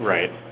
Right